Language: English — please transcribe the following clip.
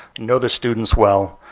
know the students well,